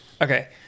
Okay